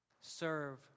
Serve